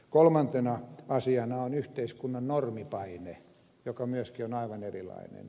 kolmantena asiana on yhteiskunnan normipaine joka myöskin on aivan erilainen